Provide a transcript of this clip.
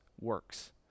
works